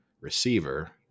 receiver